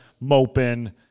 moping